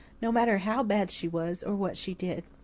no matter how bad she was, or what she did.